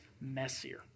messier